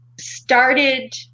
started